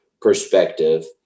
perspective